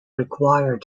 required